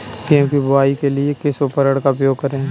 गेहूँ की बुवाई के लिए किस उपकरण का उपयोग करें?